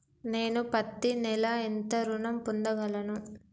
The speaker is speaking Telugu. నేను పత్తి నెల ఎంత ఋణం పొందగలను?